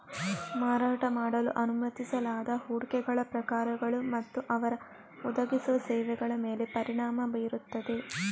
ಮಾರಾಟ ಮಾಡಲು ಅನುಮತಿಸಲಾದ ಹೂಡಿಕೆಗಳ ಪ್ರಕಾರಗಳು ಮತ್ತು ಅವರು ಒದಗಿಸುವ ಸೇವೆಗಳ ಮೇಲೆ ಪರಿಣಾಮ ಬೀರುತ್ತದೆ